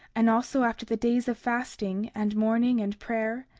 and also after the days of fasting, and mourning, and prayer,